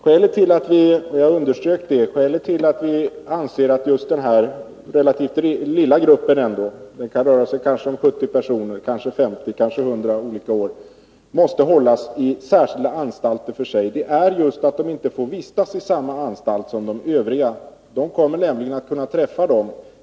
Skälet till — och jag underströk det — att vi anser att denna relativt lilla grupp, som kan röra sig om 50, 70 eller 100 personer olika år, måste hållas i särskilda anstalter är just att dessa personer inte får vistas i samma anstalt som de övriga — då kommer de nämligen att kunna träffa dem.